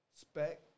Spec